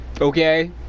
Okay